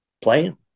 playing